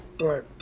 right